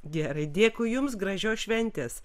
gerai dėkui jums gražios šventės